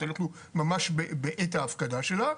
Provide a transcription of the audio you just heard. אנחנו ממש בעת ההפקדה שלה.